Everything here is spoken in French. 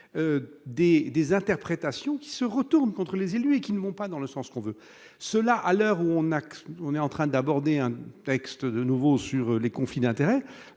des interprétations qui se retourne contre les élus et qui ne vont pas dans le sens qu'on veut, cela à l'heure où on a qu'on est en train d'aborder un texte de nouveau sur les confiner intérêt